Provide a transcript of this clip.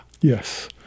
Yes